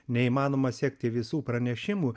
neįmanoma sekti visų pranešimų